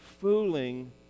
fooling